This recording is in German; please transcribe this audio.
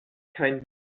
kein